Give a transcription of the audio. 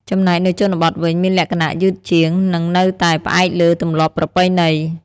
ចំណែកនៅជនបទវិញ មានលក្ខណៈយឺតជាង និងនៅតែផ្អែកលើទម្លាប់ប្រពៃណី។